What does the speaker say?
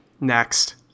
Next